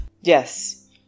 Yes